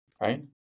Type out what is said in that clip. Right